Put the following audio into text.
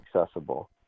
accessible